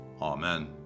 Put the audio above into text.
Amen